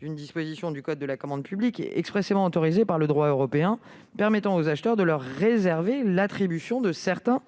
de l'article L. 2113-15 du code de la commande publique, expressément autorisé par le droit européen, qui permet aux acheteurs de leur réserver l'attribution de certains